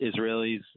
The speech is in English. Israelis